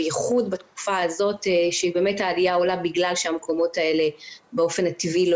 במיוחד בתקופה הזאת כאשר יש עלייה משום שהמקומות האלה באופן טבעי לא